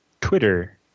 Twitter